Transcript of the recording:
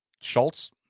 Schultz